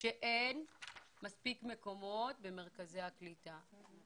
שאין מספיק מקומות במרכזי הקליטה.